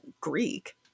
Greek